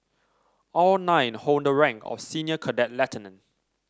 all nine hold the rank of senior cadet lieutenant